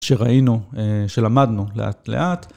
שראינו, שלמדנו לאט לאט.